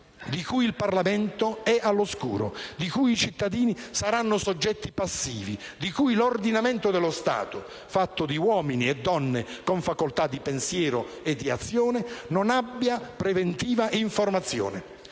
di cui il Parlamento è all'oscuro, di cui i cittadini saranno soggetti passivi, di cui l'ordinamento dello Stato (fatto di uomini e donne con facoltà di pensiero e di azione) non abbia preventiva informazione.